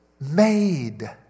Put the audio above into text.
Made